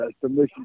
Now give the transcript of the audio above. submission